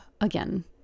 again